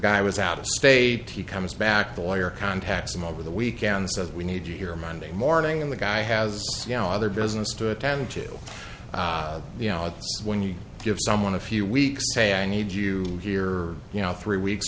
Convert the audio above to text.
guy was out of state he comes back the lawyer contacts him over the weekend says we need you here monday morning and the guy has no other business to attend to you know when you give someone a few weeks say i need you here you know three weeks